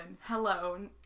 Hello